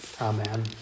Amen